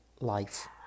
life